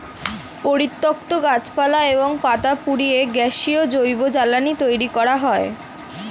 পরিত্যক্ত গাছপালা এবং পাতা পুড়িয়ে গ্যাসীয় জৈব জ্বালানি তৈরি করা হয়